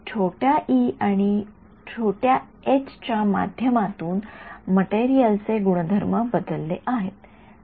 छोट्या ई आणि लहान एच च्या माध्यमातून मटेरियल चे गुणधर्म बदलले आहेत